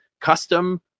custom